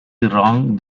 wrong